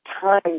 time